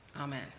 Amen